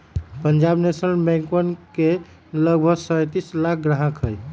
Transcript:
Punjab national बैंकवा के लगभग सैंतीस लाख ग्राहक हई